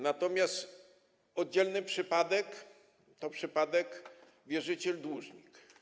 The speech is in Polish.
Natomiast oddzielny przypadek to przypadek wierzyciel - dłużnik.